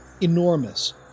enormous